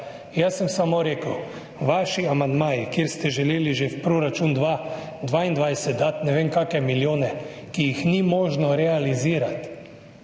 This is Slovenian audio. Jaz sem samo rekel: vaši amandmaji, kjer ste želeli že v proračun 2022 dati ne vem kakšne milijone, ki jih ni možno realizirati.